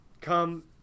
Come